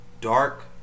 Dark